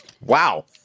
Wow